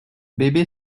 bébé